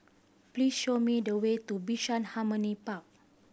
please show me the way to Bishan Harmony Park